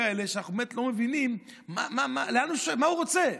כאלה שאנחנו באמת לא מבינים מה הוא רוצה.